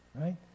right